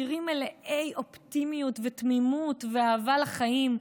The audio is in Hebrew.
שירים מלאי אופטימיות ותמימות ואהבה לחיים,